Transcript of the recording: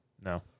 no